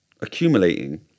accumulating